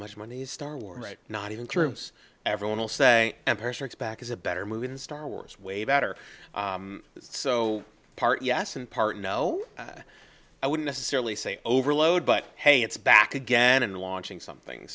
much money star wars not even troops everyone will say empire strikes back is a better movie than star wars way better so part yes and part no i wouldn't necessarily say overload but hey it's back again and launching something